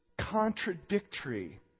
contradictory